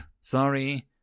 sorry